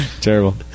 Terrible